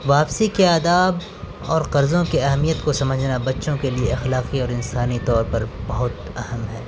واپسی کے آداب اور قرضوں کے اہمیت کو سمجھنا بچوں کے لیے اخلاقی اور انسانی طور پر بہت اہم ہے